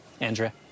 Andrea